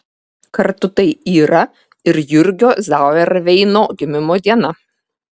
kartu tai yra ir jurgio zauerveino gimimo diena